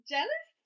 Jealous